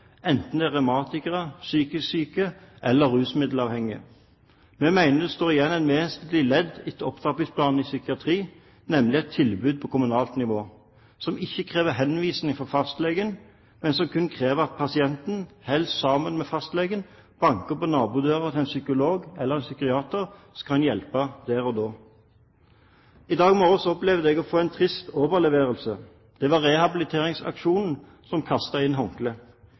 enten de er revmatikere, psykisk syke eller rusmiddelavhengige. Vi mener det står igjen et vesentlig ledd etter opptrappingsplanen i psykiatri, nemlig et tilbud på kommunalt nivå som ikke krever henvisning fra fastlegen, men som kun krever at pasienten – helst sammen med fastlegen – banker på nabodøren, til en psykolog eller psykiater som kan hjelpe der og da. I dag morges opplevde jeg å få en trist overlevering. Det var rehabiliteringsaksjonen som kastet inn